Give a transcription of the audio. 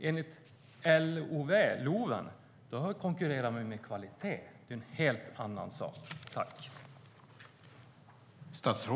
Enligt LOV konkurrerar man med kvalitet. Det är en helt annan sak.